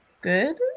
Good